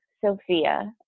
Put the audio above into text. Sophia